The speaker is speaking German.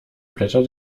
blätter